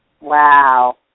Wow